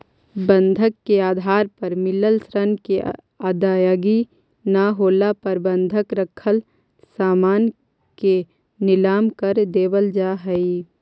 बंधक के आधार पर मिलल ऋण के अदायगी न होला पर बंधक रखल सामान के नीलम कर देवल जा हई